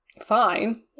Fine